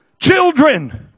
children